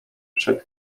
przed